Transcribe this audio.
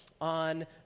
on